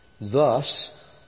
Thus